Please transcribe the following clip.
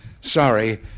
sorry